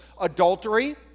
adultery